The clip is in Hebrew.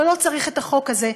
ולא צריך את החוק הזה,